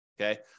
Okay